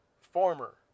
Former